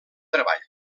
treball